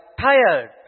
tired